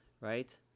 right